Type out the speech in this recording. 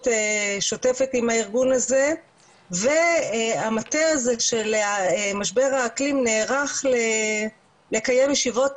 שוטפת עם הארגון הזה והמטה הזה של משבר האקלים נערך לקיים ישבות